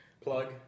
Plug